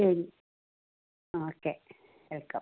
ശരി ആ okay welcome